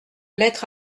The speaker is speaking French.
lettre